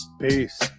Peace